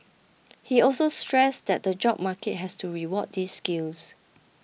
he also stressed that the job market has to reward these skills